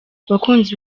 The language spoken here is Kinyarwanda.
bakunzi